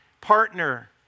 partner